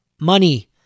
money